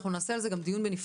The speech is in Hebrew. אנחנו נעשה על זה גם דיון נפרד,